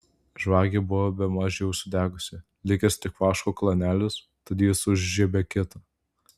žvakė buvo bemaž jau sudegusi likęs tik vaško klanelis tad jis užžiebė kitą